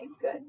good